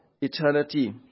eternity